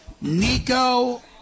Nico